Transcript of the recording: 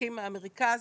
שמתרחקים מהמרכז,